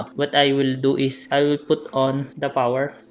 what i will do is i will put on the power